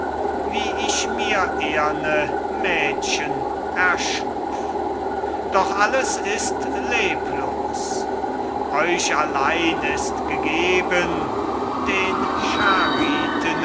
wie ich mir eherne mädchen erschuf doch alles ist leblos euch allein ist gegeben den